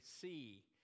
see